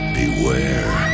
beware